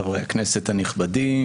חברי הכנסת הנכבדים,